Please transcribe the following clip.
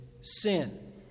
sin